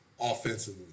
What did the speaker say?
offensively